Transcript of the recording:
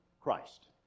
Christ